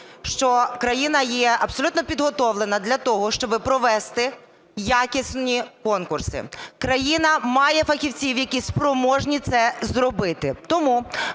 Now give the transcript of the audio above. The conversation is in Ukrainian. що країна є абсолютно підготовлена для того, щоб провести якісні конкурси, країна має фахівців, які спроможні це зробити. Тому